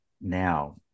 now